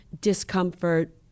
discomfort